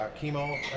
chemo